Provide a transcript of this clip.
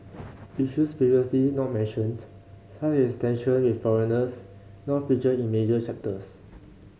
issues previously not mentioned such as tension with foreigners now feature in major chapters